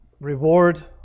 reward